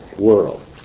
world